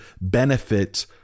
benefit